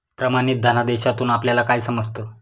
प्रमाणित धनादेशातून आपल्याला काय समजतं?